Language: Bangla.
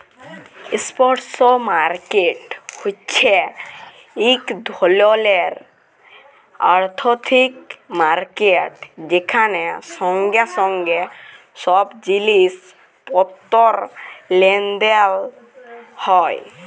ইস্প্ট মার্কেট হছে ইক ধরলের আথ্থিক মার্কেট যেখালে সঙ্গে সঙ্গে ছব জিলিস পত্তর লেলদেল হ্যয়